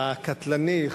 הקטלני,